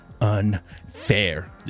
unfair